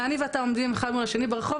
אלא 'אני ואתה עומדים אחד מול השני ברחוב,